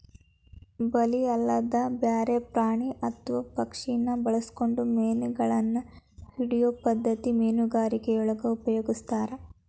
ಬಲಿ ಅಲ್ಲದನ ಬ್ಯಾರೆ ಪ್ರಾಣಿ ಅತ್ವಾ ಪಕ್ಷಿನ ಬಳಸ್ಕೊಂಡು ಮೇನಗಳನ್ನ ಹಿಡಿಯೋ ಪದ್ಧತಿ ಮೇನುಗಾರಿಕೆಯೊಳಗ ಉಪಯೊಗಸ್ತಾರ